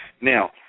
Now